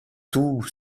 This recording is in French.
tous